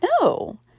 No